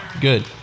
good